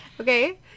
Okay